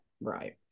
right